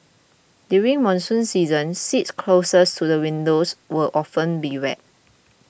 during monsoon season seats closest to the windows would often be wet